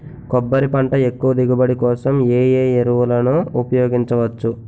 కొబ్బరి పంట ఎక్కువ దిగుబడి కోసం ఏ ఏ ఎరువులను ఉపయోగించచ్చు?